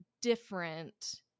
different